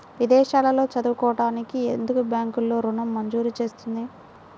విదేశాల్లో చదువుకోవడానికి ఎందుకు బ్యాంక్లలో ఋణం మంజూరు చేస్తుంది?